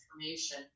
information